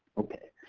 okay,